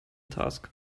task